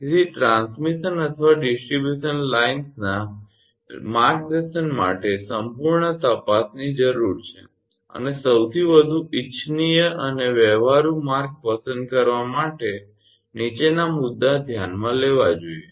તેથી ટ્રાન્સમિશન અથવા distribution lines ના માર્ગ નિર્દેશન માટે સંપૂર્ણ તપાસની જરૂર છે અને સૌથી વધુ ઇચ્છનીય અને વ્યવહારુ માર્ગ પસંદ કરવા માટે નીચેના મુદ્દાને ધ્યાનમાં લેવા જોઈએ